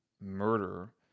murder